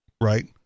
right